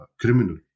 criminal